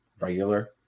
regular